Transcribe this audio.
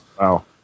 Wow